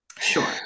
sure